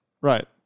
Right